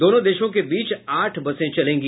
दोनों देशों के बीच आठ बसें चलेंगी